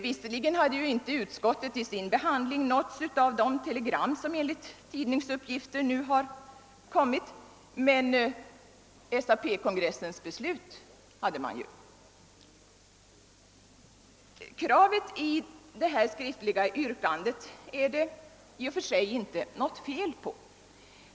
Visserligen hade inte utskottet, när det behandlade frågan, nåtts av de telegram som enligt tidningsuppgifter nu har kommit, men SAP-kongressens beslut hade man ju. Kravet i det skriftliga yrkandet är det i och för sig inte fel på.